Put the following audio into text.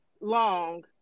long